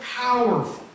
powerful